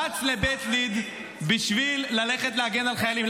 רצת לבית ליד בשביל ללכת להגן על חיילים,